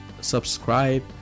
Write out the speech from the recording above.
subscribe